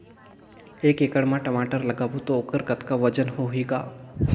एक एकड़ म टमाटर लगाबो तो ओकर कतका वजन होही ग?